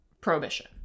prohibition